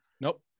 Nope